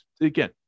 again